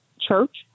church